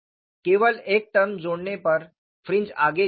केवल एक टर्म जोड़ने पर फ्रिंज आगे झुक गए